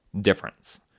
difference